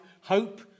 hope